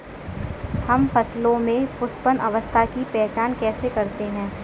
हम फसलों में पुष्पन अवस्था की पहचान कैसे करते हैं?